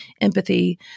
empathy